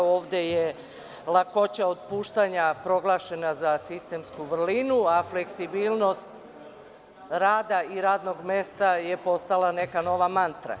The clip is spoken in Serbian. Ovde je lakoća otpuštanja proglašena za sistemsku vrlinu, a fleksibilnost rada i radnog mesta je postala neka nova mantra.